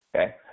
okay